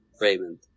Raymond